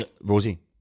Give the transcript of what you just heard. Rosie